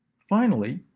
finally,